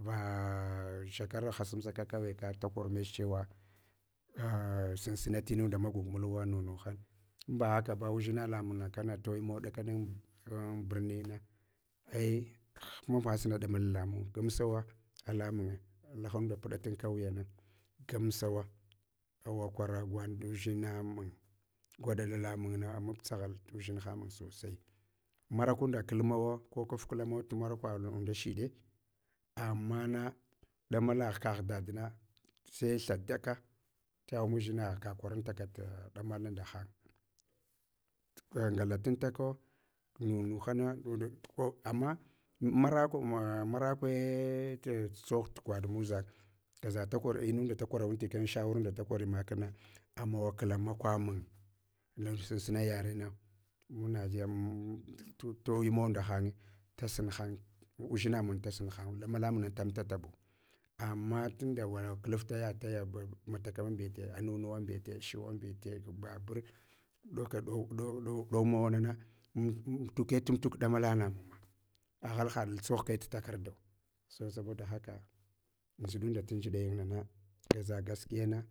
Va shakera hasamsaka kawaia kada kada kor mch chewa, a sinsina timunda maguƙ mulwa nunuhan. Amba hakan udʒina lamung na kana toyinmawa dakane an bwrnina ei hmabhan suna damala lamun ei gamsawa aslamunye allahan da puɗatan kauyana, gamsawa awakwa ra gwaɗa ndudʒinamun, gwaɗa lalamung na amab tsaghal tudʒinhamun sosai markunda kalmawa ko kafklamau tu markwa un undashie, ammana ɗama lagh kagh dadna sai thadaka taghan mudʒinagh ka kwarantaka ta ɗamal nda hang. Ngalatuntaka mumuhana, ama mavakwe marakwe tsogh tugwaɗ muʒan. Gaz. a inunda da kwara wanti, shawarunda da kori makunna, ammawa kla makwamuye nech sunsuna yarena titimawa nda hanye dasunhan udʒina mun da sunhan damalamuna damtatabu. Ama tunda vana klafta yaɗ tuya tuya matakama mbete, anunuwa mbete, shuwan mbete, bahur 'owu mawa nana mutuke tamtul ɗa mala na mun mg. Aghal haɗal tsogh kai tu takardau. So saboda haka ndʒiɗunda ta ndʒidayin nana gaʒa gaskiyena